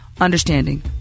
understanding